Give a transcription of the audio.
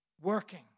working